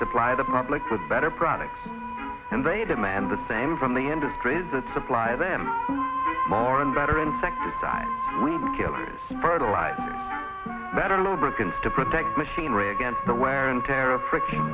supply the public with better products and they demand the same from the industries that supply them more and better insecticides killers fertilizer better lubricants to protect machinery against the wear and tear of friction